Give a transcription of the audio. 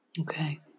Okay